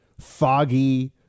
foggy